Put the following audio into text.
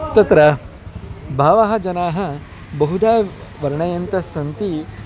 तत्र बहवः जनाः बहुधा वर्णयन्तस्सन्ति